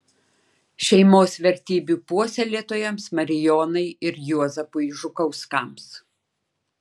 šeimos vertybių puoselėtojams marijonai ir juozapui žukauskams